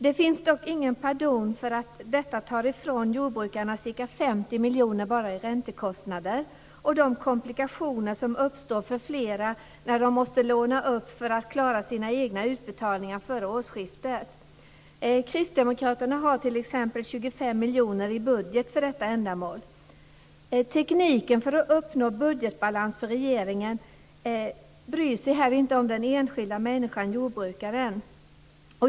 Det finns dock ingen pardon för att detta tar ifrån jordbrukarna ca 50 miljoner kronor bara i räntekostnader och de komplikationer som uppstår för flera när de måste låna upp för att klara sina egna utbetalningar före årsskiftet. Kristdemokraterna har t.ex. 25 miljoner kronor i budget för detta ändamål. Tekniken för att uppnå budgetbalans för regeringen bryr sig inte om den enskilde människan - jordbrukaren.